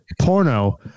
porno